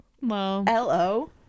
lo